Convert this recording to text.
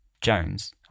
Jones